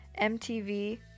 MTV